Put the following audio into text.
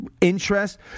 interest